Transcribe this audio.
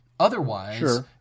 Otherwise